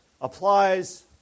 applies